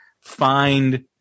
find